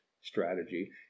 strategy